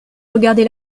regarder